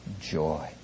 joy